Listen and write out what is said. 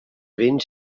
béns